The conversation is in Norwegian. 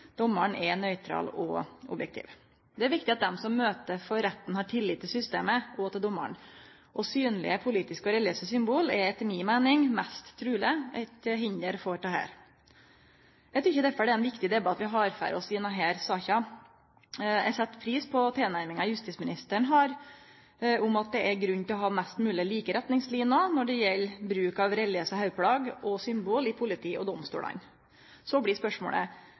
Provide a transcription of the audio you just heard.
dommaren er nøytral og objektiv. Det er viktig at dei som møter for retten, har tillit til systemet og til dommaren. Synlege politiske og religiøse symbol er etter mi meining mest truleg eit hinder for dette. Eg tykkjer derfor det er ein viktig debatt vi har for oss i denne saka. Eg set pris på tilnærminga justisministeren har, at det er grunn til å ha mest mogleg like retningsliner når det gjeld bruk av religiøse hovudplagg og symbol i politiet og i domstolane. Så blir spørsmålet: